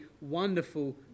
wonderful